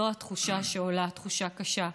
זו התחושה שעולה, תחושה קשה.